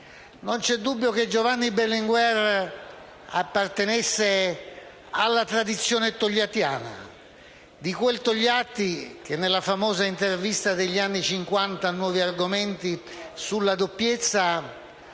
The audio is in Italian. Non c'è dubbio che Giovanni Berlinguer appartenesse alla tradizione togliattiana, di quel Togliatti che, nella famosa intervista degli anni Cinquanta a «Nuovi Argomenti», sulla doppiezza